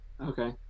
okay